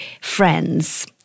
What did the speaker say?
friends